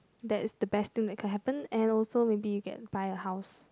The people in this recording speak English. that is the best thing that can happen and also maybe you can buy a house